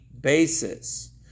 basis